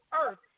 earth